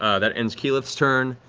ah that ends keyleth's turn.